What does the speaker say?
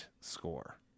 score